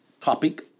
topic